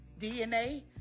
DNA